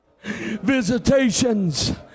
Visitations